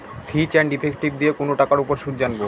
ফিচ and effective দিয়ে কোনো টাকার উপর সুদ জানবো